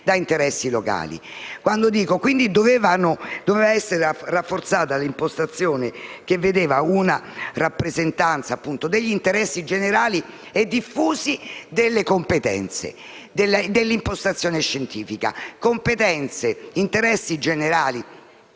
da interessi locali. Doveva essere rafforzata l'impostazione che vedeva una rappresentanza degli interessi generali e diffusi, delle competenze e dell'impostazione scientifica. Competenze, interessi generali